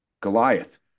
Goliath